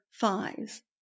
thighs